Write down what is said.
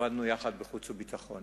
עבדנו יחד בוועדת חוץ וביטחון.